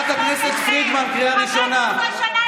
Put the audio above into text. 15 שנה לא עשית.